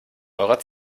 eurer